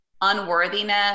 unworthiness